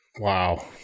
Wow